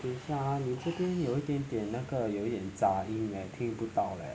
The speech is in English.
等一下啊你这边有一点点那个有点杂音 leh 听不到 leh